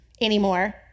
anymore